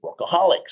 workaholics